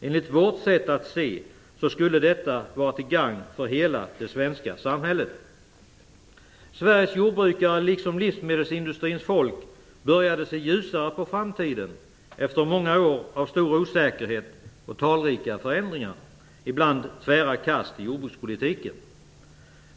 Enligt vårt sätt att se skulle det vara till gagn för hela det svenska samhället. Sveriges jordbrukare liksom livsmedelsindustrins folk började se ljusare på framtiden efter många år av stor osäkerhet och talrika förändringar, ibland tvära kast i jordbrukspolitiken.